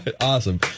Awesome